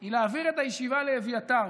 היא להעביר את הישיבה לאביתר.